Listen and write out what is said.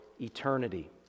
eternity